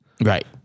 Right